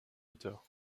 auteur